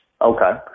Okay